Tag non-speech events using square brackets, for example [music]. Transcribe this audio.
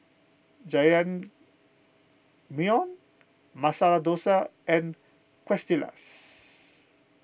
Jajangmyeon Masala Dosa and Quesadillas [unintelligible]